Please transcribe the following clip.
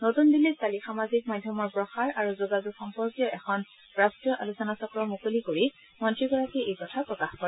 নতুন দিল্লীত কালি সামাজিক মাধ্যমৰ প্ৰসাৰ আৰু যোগাযোগ সম্পৰ্কীয় এখন ৰাষ্ট্ৰীয় আলোচনা চক্ৰ মুকলি কৰি মন্ত্ৰীগৰাকীয়ে এই কথা প্ৰকাশ কৰে